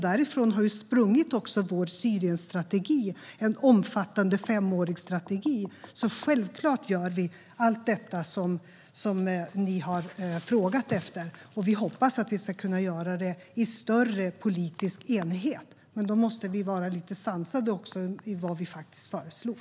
Därifrån har också vår Syrienstrategi sprungit, som är en omfattande femårig strategi. Självklart gör vi allt detta som ni har frågat efter. Vi hoppas att vi ska kunna göra det i större politisk enighet. Men då måste vi också vara lite sansade i vad vi föreslår.